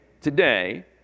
today